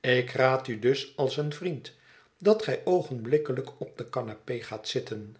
ik raad u dus als een vriend dat gij oogenblikkelijk op de canapé gaat zitten